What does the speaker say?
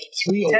three